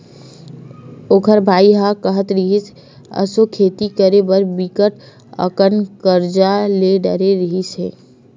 ओखर बाई ह काहत रिहिस, एसो खेती करे बर बिकट अकन करजा ले डरे रिहिस हे